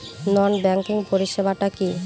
নন banking পরিষেবা টা কি?